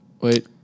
Wait